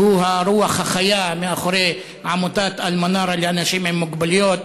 שהוא הרוח החיה מאחורי עמותת "אלמנארה" לאנשים עם מוגבלויות,